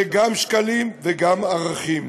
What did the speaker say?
זה גם שקלים וגם ערכים,